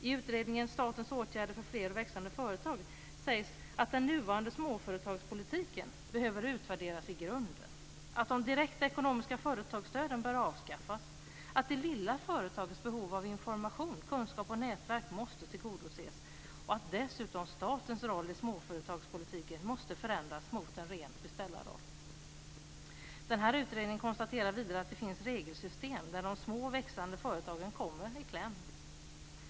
I utredningen Statens åtgärder för fler och växande företag sägs att den nuvarande småföretagspolitiken behöver utvärderas i grunden, att de direkta ekonomiska företagsstöden bör avskaffas, att det lilla företagets behov av information, kunskap och nätverk måste tillgodoses och att dessutom statens roll i småföretagspolitiken måste förändras mot en ren beställarroll. Utredningen konstaterar vidare att det finns regelsystem där de små och växande företagen kommer i kläm.